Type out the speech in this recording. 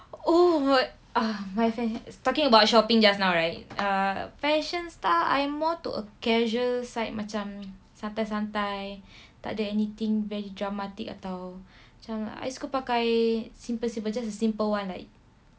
oh ugh my fa~ talking about shopping just now right uh fashion style I'm more to a casual side macam santai-santai tak ada anything very dramatic atau macam I suka pakai simple simple just a simple one like